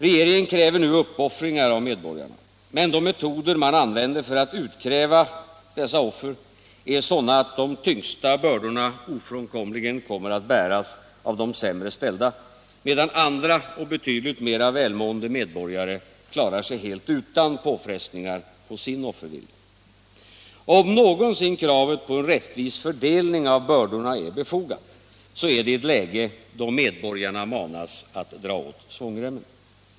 Regeringen kräver uppoffringar av medborgarna, men de metoder man använder för att utkräva dessa offer är sådana att de tyngsta bördorna ofrånkomligen kommer att bäras av de sämst ställda, medan andra och betydligt mera välmående medborgare klarar sig helt utan påfrestningar på sin offervilja. Om någonsin kravet på en rättvis fördelning av bördorna är befogat, så är det i ett läge där medborgarna manas att dra åt svångremmen.